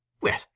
Well—